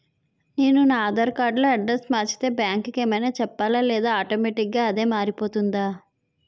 నేను నా ఆధార్ కార్డ్ లో అడ్రెస్స్ మార్చితే బ్యాంక్ కి ఏమైనా చెప్పాలా లేదా ఆటోమేటిక్గా అదే మారిపోతుందా?